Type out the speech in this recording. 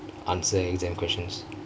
answer exam questions